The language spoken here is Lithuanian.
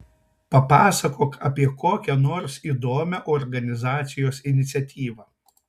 papasakok apie kokią nors įdomią organizacijos iniciatyvą